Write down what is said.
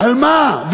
על מה?